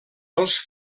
els